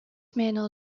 manual